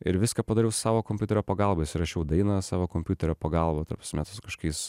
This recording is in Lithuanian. ir viską padariau su savo kompiuterio pagalba įsirašiau dainą savo kompiuterio pagalba ta prasme su kažkokiais